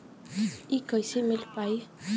इ कईसे मिल पाई?